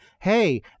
hey